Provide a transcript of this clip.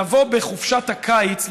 לבוא בחופשת הקיץ,